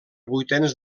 vuitens